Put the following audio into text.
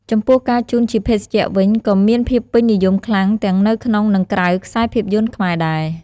ចំពោះការជូនជាភេសជ្ជៈវិញ ក៏មានភាពពេញនិយមខ្លាំងទាំងនៅក្នុង និងក្រៅខ្សែភាពយន្តខ្មែរដែរ។